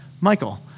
Michael